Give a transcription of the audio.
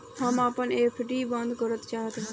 हम आपन एफ.डी बंद करना चाहत बानी